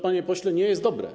Panie pośle, to nie jest dobre.